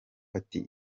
ati